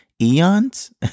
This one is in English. eons